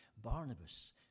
Barnabas